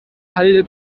halde